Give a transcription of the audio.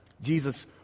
Jesus